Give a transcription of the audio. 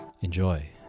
Enjoy